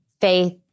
faith